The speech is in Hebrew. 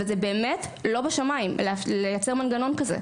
וזה באמת לא בשמיים לייצר מנגנון כזה.